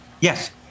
Yes